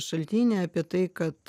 šaltinį apie tai kad